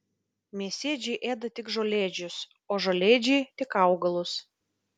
mėsėdžiai ėda tik žolėdžius o žolėdžiai tik augalus